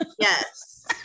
Yes